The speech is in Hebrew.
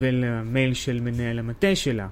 ול... המייל של מנהל המטה שלה